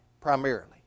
primarily